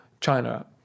China